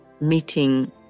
meeting